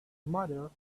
mother